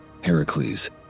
Heracles